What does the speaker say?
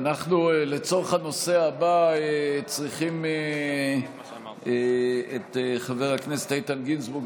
לצורך הנושא הבא אנחנו צריכים את חבר הכנסת איתן גינזבורג,